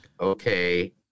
okay